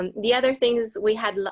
um the other things we had,